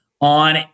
on